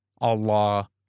Allah